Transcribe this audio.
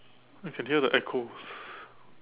I can hear the echo